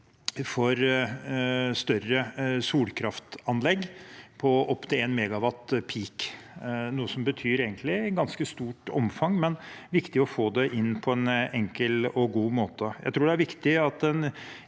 for større solkraftanlegg på opptil 1 MW «peak», noe som egentlig betyr et ganske stort omfang, men det er viktig å få det inn på en enkel og god måte. Jeg tror det er viktig at en